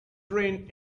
train